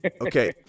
Okay